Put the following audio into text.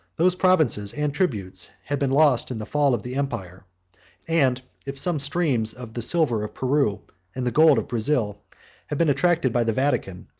those provinces and tributes had been lost in the fall of the empire and if some streams of the silver of peru and the gold of brazil have been attracted by the vatican,